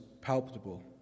palpable